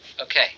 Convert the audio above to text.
Okay